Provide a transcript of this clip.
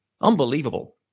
Unbelievable